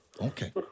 Okay